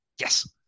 Yes